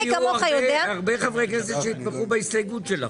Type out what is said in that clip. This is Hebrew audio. יהיו הרבה חברי כנסת שיתמכו בהסתייגות שלך.